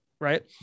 Right